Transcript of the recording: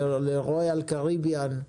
לרויאל קריביאן,